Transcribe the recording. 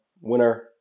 winner